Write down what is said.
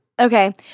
Okay